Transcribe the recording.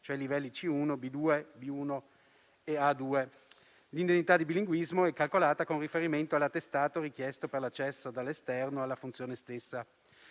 e tedesca (C1, B2, B1 e A2); l'indennità di bilinguismo è calcolata con riferimento all'attestato richiesto per l'accesso dall'esterno alla funzione stessa;